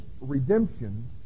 redemption